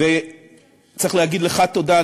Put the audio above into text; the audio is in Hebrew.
וצריך להגיד לך תודה.